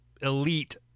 elite